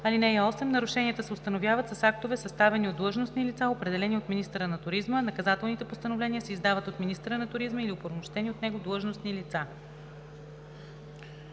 плаж. (8) Нарушенията се установяват с актове, съставени от длъжностни лица, определени от министъра на туризма. Наказателните постановления се издават от министъра на туризма или оправомощени от него длъжностни лица.“